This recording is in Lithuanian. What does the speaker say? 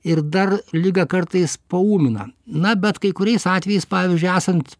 ir dar ligą kartais paūmina na bet kai kuriais atvejais pavyzdžiui esant